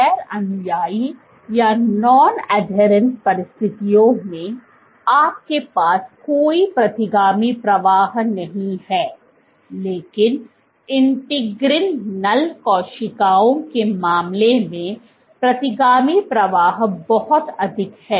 गैर अनुयायी परिस्थितियों में आपके पास कोई प्रतिगामी प्रवाह नहीं है लेकिन इंटीग्रीग्रिन नल कोशिकाओं के मामले में प्रतिगामी प्रवाह बहुत अधिक है